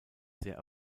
sehr